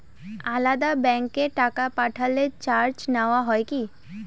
আলাদা ব্যাংকে টাকা পাঠালে চার্জ নেওয়া হয় কি?